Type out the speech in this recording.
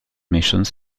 missions